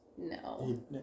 No